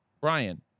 Brian